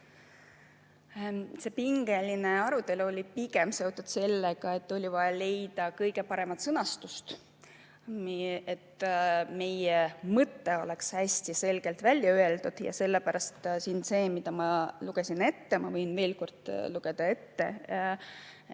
See pingeline arutelu oli pigem seotud sellega, et oli vaja leida kõige parem sõnastus, nii et meie mõte oleks hästi selgelt välja öeldud. Ja sellepärast siin see, mille ma ette lugesin – ma võin veel kord lugeda,